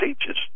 teaches